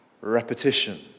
repetition